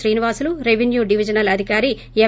Srinivasulu revenue divisional అధికారి ఎం